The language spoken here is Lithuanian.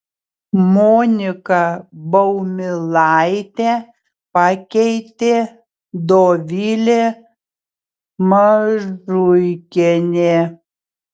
moniką baumilaitę pakeitė dovilė mažuikienė